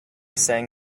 sang